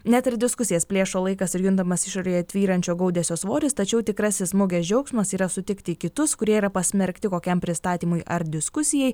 net ir diskusijas plėšo laikas ir juntamas išorėje tvyrančio gaudesio svoris tačiau tikrasis mugės džiaugsmas yra sutikti kitus kurie yra pasmerkti kokiam pristatymui ar diskusijai